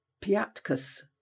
Piatkus